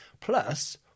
Plus